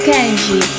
Kenji